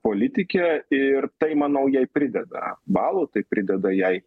politikė ir tai manau jai pridega balų tai prideda jai